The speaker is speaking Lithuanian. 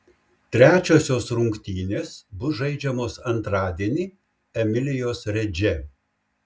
trečiosios rungtynės bus žaidžiamos antradienį emilijos redže